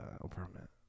apartment